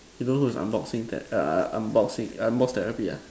you know who is unboxing that uh uh unboxing unbox therapy ah